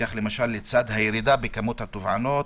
כך למשל לצד הירידה בכמות התובענות,